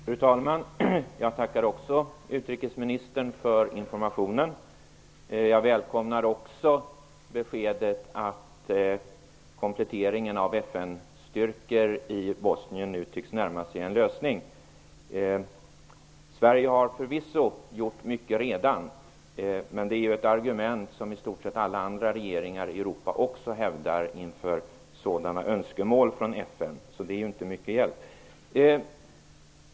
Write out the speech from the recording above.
Fru talman! Jag tackar också utrikesministern för informationen. Jag välkomnar också beskedet att kompletteringen av FN-styrkor nu tycks närma sig en lösning. Sverige har förvisso redan gjort mycket. Men det är ett argument som i stort sett alla andra regeringar i Europa hävdar inför sådana önskemål från FN. Det är inte mycket hjälp.